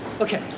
okay